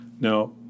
Now